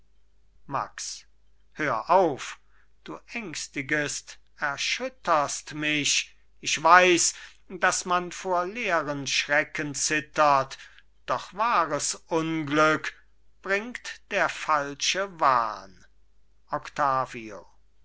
max hör auf du ängstigest erschütterst mich ich weiß daß man vor leeren schrecken zittert doch wahres unglück bringt der falsche wahn octavio